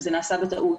אם זה נעשה בטעות.